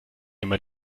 immer